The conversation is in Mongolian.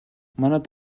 манайд